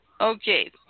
Okay